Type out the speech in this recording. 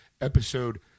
episode